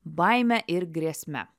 baime ir grėsme